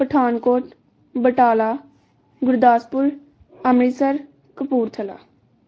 Pathankot Batala Gurdaspur Amritsar Kapurthala